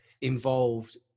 involved